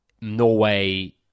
Norway